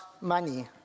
money